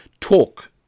talk